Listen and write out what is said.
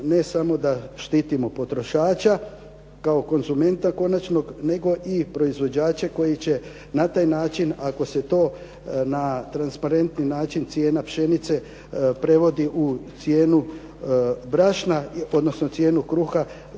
ne samo da štitimo potrošača kao konzumenta konačnog, nego i proizvođača koji će na taj način ako se to na transparentni način, cijena pšenice prevodi u cijenu brašna odnosno cijenu kruha,